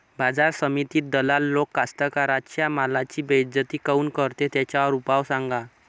बाजार समितीत दलाल लोक कास्ताकाराच्या मालाची बेइज्जती काऊन करते? त्याच्यावर उपाव सांगा